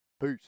Peace